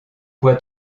quoi